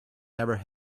never